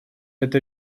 эта